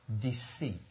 deceit